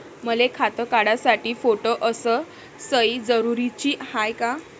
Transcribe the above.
मले खातं काढासाठी फोटो अस सयी जरुरीची हाय का?